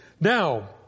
now